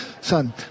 son